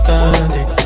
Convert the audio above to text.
Sunday